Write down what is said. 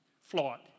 flawed